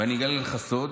ואני אגלה לך סוד